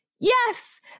yes